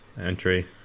entry